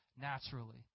naturally